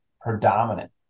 predominant